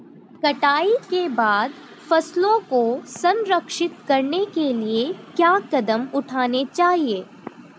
कटाई के बाद फसलों को संरक्षित करने के लिए क्या कदम उठाने चाहिए?